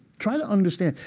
try to understand.